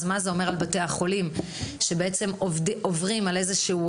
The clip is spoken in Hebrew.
מה זה אומר על בתי החולים שבעצם עוברים על איזשהו